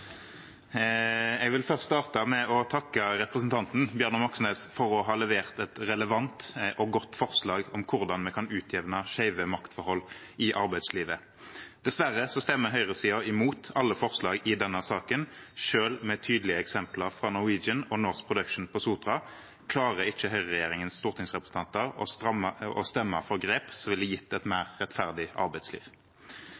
Jeg vil først starte med å takke representanten Bjørnar Moxnes for å ha fremmet et relevant og godt forslag om hvordan vi kan utjevne skjeve maktforhold i arbeidslivet. Dessverre stemmer høyresiden imot alle forslagene i denne saken. Selv med tydelige eksempler fra Norwegian og Norse Production på Sotra klarer ikke høyreregjeringens stortingsrepresentanter å stemme for grep som ville gitt et